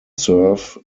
surf